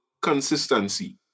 consistency